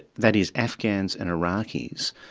that is afghans and iraqis,